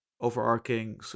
overarching